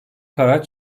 karar